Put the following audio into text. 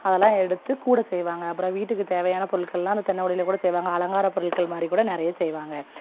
அதெல்லாம் எடுத்து கூடை செய்வாங்க அப்புறம் வீட்டுக்கு தேவையான பொருட்கள்லாம் அந்த தென்னை ஓலையில் கூட செய்வாங்க அலங்கார பொருட்கள் மாதிரி கூட நிறையா செய்வாங்க